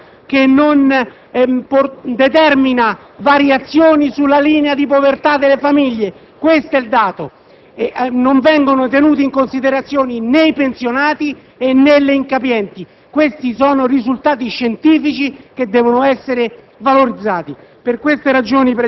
di questa finanziaria che non determina variazioni sulla linea di povertà delle famiglie. Questo è il dato: non vengono tenuti in considerazione né i pensionati né gli incapienti. Questi sono risultati scientifici che devono essere